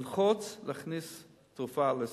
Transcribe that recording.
ללחוץ, להכניס תרופה לסל.